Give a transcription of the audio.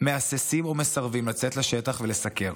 מהססים ומסרבים לצאת לשטח ולסקר.